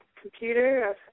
computer